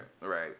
right